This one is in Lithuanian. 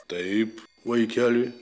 taip vaikeli